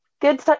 Good